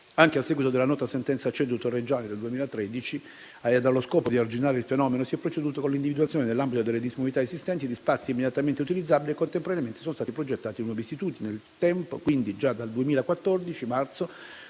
dei diritti dell'uomo (CEDU) Torreggiani del 2013, allo scopo di arginare il fenomeno, si è proceduto con l'individuazione, nell'ambito delle disponibilità esistenti, di spazi immediatamente utilizzabili e contemporaneamente sono stati progettati nuovi istituti. Nel tempo quindi, già dal marzo